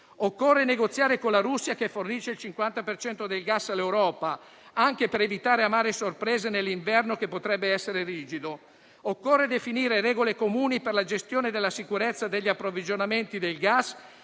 Occorre negoziare con la Russia che fornisce il 50 per cento del gas all'Europa, anche per evitare amare sorprese nell'inverno che potrebbe essere rigido. Occorre definire regole comuni per la gestione della sicurezza degli approvvigionamenti del gas